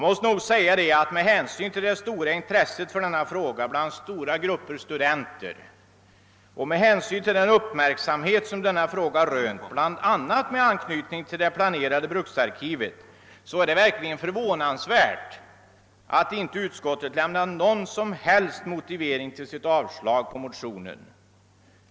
Med hänsyn till det stora intresset för denna fråga bland stora grupper studerande och med hänsyn till den uppmärksamhet som denna fråga rönt bl.a. i anslutning till det planerade bruksarkivet är det verkligen förvånansvärt att inte utskottet lämnat någon som helst motivering till sitt avstyrkande av motionen.